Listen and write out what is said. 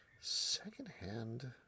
Secondhand